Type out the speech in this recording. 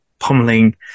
pummeling